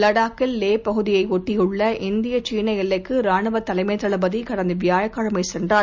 லடாக்கில்லேபகுதியைஒட்டியுள்ளஇந்திய சீனஎல்லைக்குராணுவதலைமைதளபதிகடந்தவியாழக்கிழமைசென்றார்